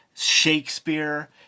Shakespeare